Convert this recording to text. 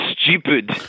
stupid